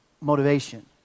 motivation